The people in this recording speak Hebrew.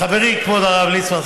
חברי כבוד הרב ליצמן,